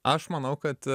aš manau kad